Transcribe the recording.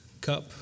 cup